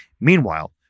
Meanwhile